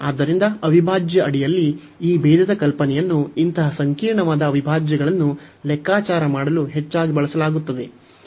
ಆದ್ದರಿಂದ ಅವಿಭಾಜ್ಯ ಅಡಿಯಲ್ಲಿ ಈ ಭೇದದ ಕಲ್ಪನೆಯನ್ನು ಇಂತಹ ಸಂಕೀರ್ಣವಾದ ಅವಿಭಾಜ್ಯಗಳನ್ನು ಲೆಕ್ಕಾಚಾರ ಮಾಡಲು ಹೆಚ್ಚಾಗಿ ಬಳಸಲಾಗುತ್ತದೆ